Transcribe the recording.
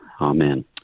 Amen